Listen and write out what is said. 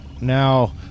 now